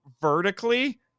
vertically